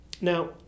Now